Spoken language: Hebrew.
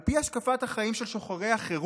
על פי השקפת החיים של שוחרי החירות,